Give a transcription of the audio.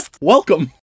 Welcome